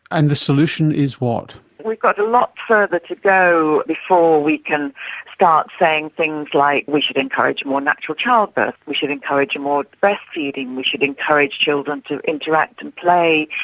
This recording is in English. and the solution is what? we've got a lot further to go before we can start saying things like we should encourage more natural childbirth, we should encourage more breastfeeding, we should encourage children to interact and play,